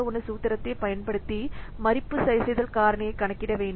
01 சூத்திரத்தைப் பயன்படுத்தி மதிப்பு சரிசெய்தல் காரணியைக் கணக்கிட வேண்டும்